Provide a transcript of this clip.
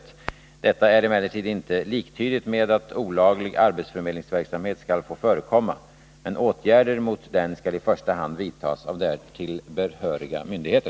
Detta är emellertid inte liktydigt med att olaglig arbetsförmedlingsverksamhet skall få förekomma. Men åtgärder mot den skall i första hand vidtas av därtill behöriga myndigheter.